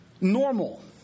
normal